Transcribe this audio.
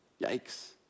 Yikes